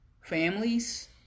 families